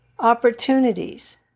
opportunities